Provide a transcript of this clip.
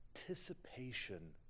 anticipation